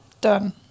Done